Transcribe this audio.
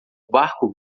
barco